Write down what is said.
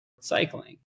cycling